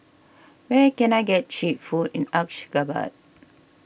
where can I get Cheap Food in Ashgabat